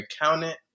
accountant